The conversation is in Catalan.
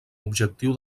objectiu